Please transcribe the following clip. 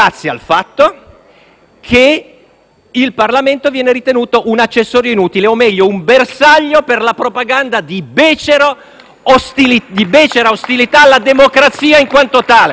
che il Parlamento viene ritenuto un accessorio inutile, o meglio un bersaglio per la propaganda di becera ostilità alla democrazia in quanto tale.